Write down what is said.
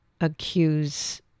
accuse